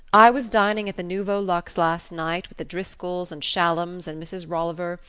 i was dining at the nouveau luxe last night with the driscolls and shallums and mrs. rolliver,